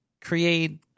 create